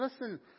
listen